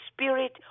spirit